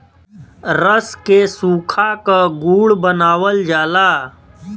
रस के सुखा क गुड़ बनावल जाला